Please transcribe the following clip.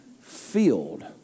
filled